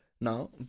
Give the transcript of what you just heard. now